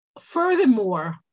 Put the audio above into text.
Furthermore